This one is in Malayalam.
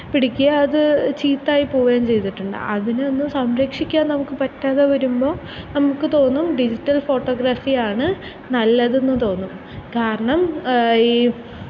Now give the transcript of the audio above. പിടിക്കുകയും അതു ചീത്തയായി പോകുകയും ചെയ്തിട്ടുണ്ട് അതിനെയൊന്ന് സംരക്ഷിക്കാൻ നമുക്ക് പറ്റാതെ വരുമ്പോൾ നമുക്ക് തോന്നും ഡിജിറ്റൽ ഫോട്ടോഗ്രാഫിയാണ് നല്ലതെന്നു തോന്നും കാരണം ഈ